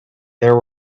there